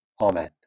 Amen